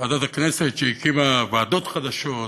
ועדת הכנסת שהקימה ועדות חדשות,